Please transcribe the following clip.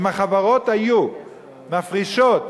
אם החברות היו מפרישות,